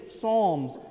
psalms